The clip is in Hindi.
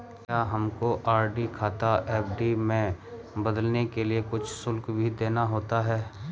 क्या हमको आर.डी खाता एफ.डी में बदलने के लिए कुछ शुल्क भी देना होता है?